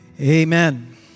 Amen